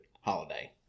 holiday